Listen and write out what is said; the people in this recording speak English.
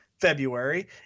February